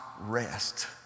rest